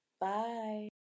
Bye